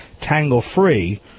tangle-free